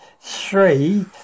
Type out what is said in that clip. three